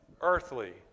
Earthly